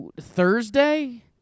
thursday